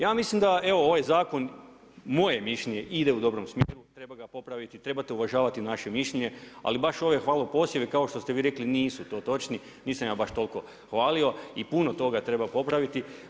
Ja mislim da evo ovaj zakon, moje mišljenje, ide u dobrom smjeru, treba ga popraviti, trebate uvažavati naše mišljenje ali baš ove hvalospjeve kao što ste vi rekli, nisu to točno, nisam ja baš toliko hvalio i puno toga treba popraviti.